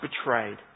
betrayed